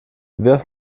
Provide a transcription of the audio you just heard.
wirf